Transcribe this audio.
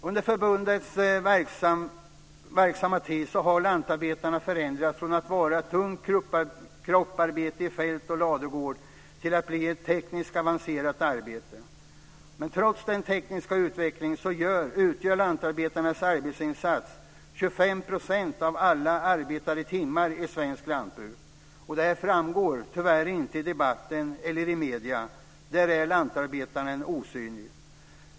Under förbundets verksamma tid har lantarbetet förändrats från att vara ett tungt kroppsarbete i fält och ladugård till att bli ett tekniskt avancerat arbete. Men trots den tekniska utvecklingen utgör lantarbetarnas arbetsinsatser 25 % av alla arbetade timmar i svenskt lantbruk. Detta framgår tyvärr inte i debatten eller medierna. Där är lantarbetaren osynlig.